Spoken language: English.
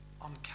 on